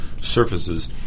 surfaces